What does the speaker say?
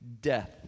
death